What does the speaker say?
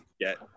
get